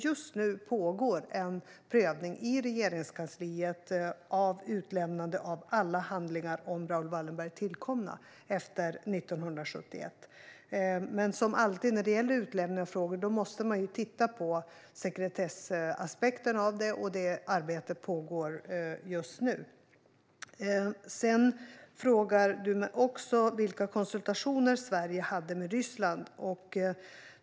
Just nu pågår en prövning i Regeringskansliet om utlämnande av alla handlingar om Raoul Wallenberg tillkomna efter 1971. Som alltid när det gäller frågor om utlämning av handlingar måste man titta på sekretessaspekten. Det arbetet pågår just nu. Mikael Oscarsson frågar också vilka konsultationer som Sverige har haft med Ryssland.